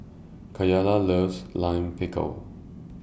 Cayla loves Lime Pickle